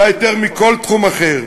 אולי יותר מכל תחום אחר,